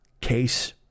Case